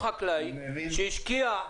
חקלאי שהשקיע,